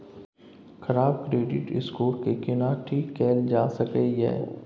खराब credit score के केना ठीक कैल जा सकै ये?